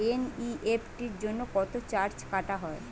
NEFT জন্য কত charge কাটা হয়?